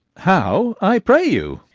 how, i pray you?